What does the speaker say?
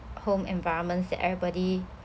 home environments that everybody